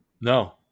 no